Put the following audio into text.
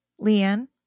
Leanne